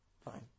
Fine